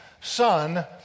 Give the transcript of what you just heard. son